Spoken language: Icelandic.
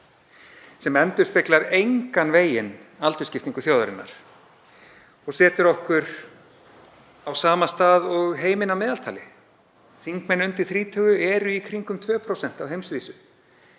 Það endurspeglar engan veginn aldursskiptingu þjóðarinnar og setur okkur á sama stað og heiminn að meðaltali. Þingmenn undir þrítugu eru í kringum 2% á heimsvísu.